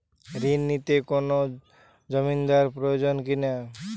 ঋণ নিতে কোনো জমিন্দার প্রয়োজন কি না?